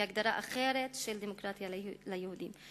היא הגדרה אחרת של דמוקרטיה ליהודים.